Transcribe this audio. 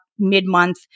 mid-month